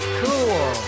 cool